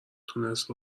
تونست